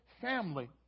family